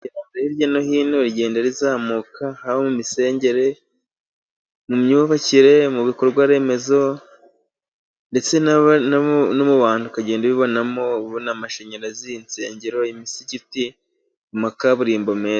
Iterambere hirya no hino igenda rizamuka mu misengere, mu myubakire, mu bikorwaremezo ndetse no mu bantu ukagenda ubibonamo, uba ubona n'amashanyarazi, insengero, imisigiti na kaburimbo nziza.